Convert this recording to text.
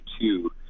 two